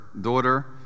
daughter